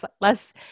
less